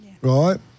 Right